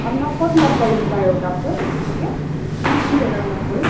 আপোনাক ক'ত লগ কৰিম বাৰু তাৰ পাছত এতিয়া আমি কোন জেগাত লগ কৰিম